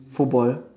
football